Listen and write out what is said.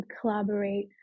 collaborate